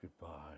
Goodbye